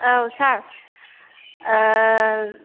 औ सार